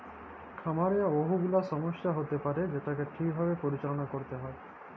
খামারে বহু গুলা ছমস্যা হ্য়য়তে পারে যেটাকে ঠিক ভাবে পরিচাললা ক্যরতে হ্যয়